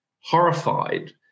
horrified